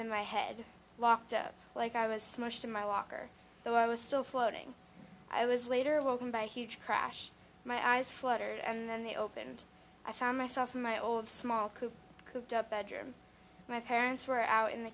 than my head locked up like i was smoking in my locker though i was still floating i was later woken by a huge crash my eyes fluttered and then they opened i found myself in my old small coop cooped up bedroom my parents were out in the